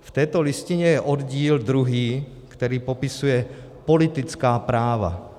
V této listině je oddíl druhý, který popisuje politická práva.